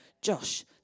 Josh